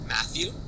Matthew